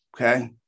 okay